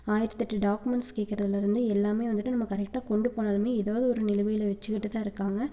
ஆயிரத்தெட்டு டாக்மெண்ட்ஸ் கேட்கறதுலேருந்து எல்லாமே வந்துட்டு நம்ம கரெக்ட்டா கொண்டு போனாலுமே எதாவது ஒரு நிலமையில் வச்சிகிட்டுதான் இருக்காங்கள்